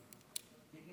תודה